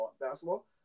basketball